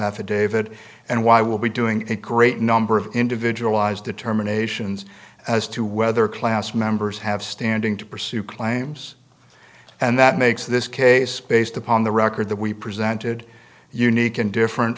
affidavit and why will be doing a great number of individual eyes determinations as to whether class members have standing to pursue claims and that makes this case based upon the record that we presented unique and different